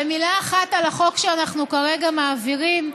ומילה אחת על החוק שאנחנו כרגע מעבירים.